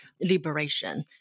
liberation